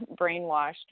brainwashed